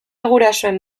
gurasoen